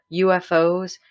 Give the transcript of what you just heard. UFOs